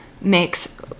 makes